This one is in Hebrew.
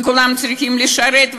וכולם צריכים לשרת,